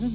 S